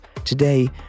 Today